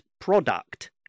product